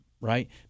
right